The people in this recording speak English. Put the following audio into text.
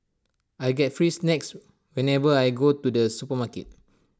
I get free snacks whenever I go to the supermarket